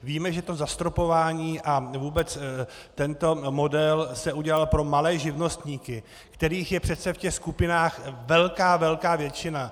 Víme, že to zastropování a vůbec tento model se udělal pro malé živnostníky, kterých je přece v těch skupinách velká, velká většina.